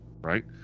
right